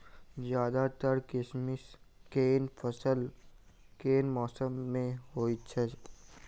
ज्यादातर किसिम केँ फसल केँ मौसम मे होइत अछि?